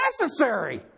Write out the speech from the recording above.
necessary